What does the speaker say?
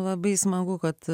labai smagu kad